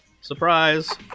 Surprise